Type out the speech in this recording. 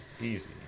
Easy